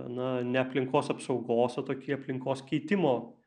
na ne aplinkos apsaugos o tokį aplinkos keitimo